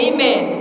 Amen